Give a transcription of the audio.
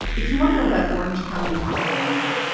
if you want to know about orange county, california,